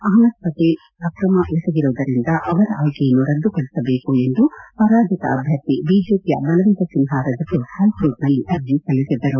ಅಹಮದ್ ಪಟೇಲ್ ಅಕ್ರಮ ಎಸಗಿರುವುದರಿಂದ ಅವರ ಆಯ್ಕೆಯನ್ನು ರದ್ದುಪಡಿಸಬೇಕು ಎಂದು ಪರಾಜಿತ ಅಭ್ಯರ್ಥಿ ಬಿಜೆಪಿಯ ಬಲವಂತ ಸಿನ್ಹಾ ರಜಪೂತ್ ಹೈಕೋರ್ಟ್ನಲ್ಲಿ ಅರ್ಜಿ ಸಲ್ಲಿಸಿದ್ದರು